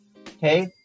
okay